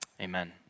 amen